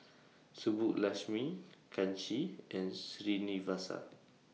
Subbulakshmi Kanshi and Srinivasa